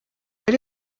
ari